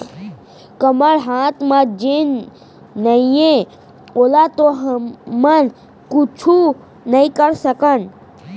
हमर हाथ म जेन नइये ओला तो हमन कुछु नइ करे सकन